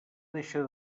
deixa